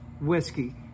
whiskey